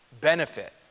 benefit